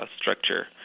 structure